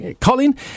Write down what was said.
Colin